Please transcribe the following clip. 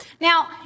Now